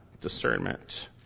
discernment